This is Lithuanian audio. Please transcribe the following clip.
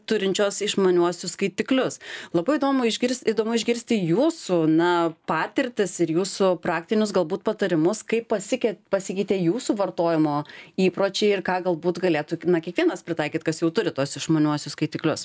turinčios išmaniuosius skaitiklius labai įdomu išgirst įdomu išgirsti jūsų na patirtis ir jūsų praktinius galbūt patarimus kaip pasikei pasikeitė jūsų vartojimo įpročiai ir ką galbūt galėtume kiekvienas pritaikyt kas jau turi tuos išmaniuosius skaitiklius